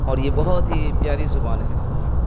اور یہ بہت ہی پیاری زبان ہے